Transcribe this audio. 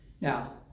now